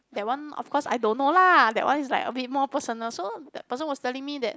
that one of course I don't know lah that one is like a bit more personal so that person was telling me that